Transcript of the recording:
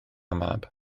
mab